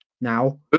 now